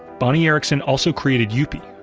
bonnie erickson also created youppi!